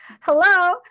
Hello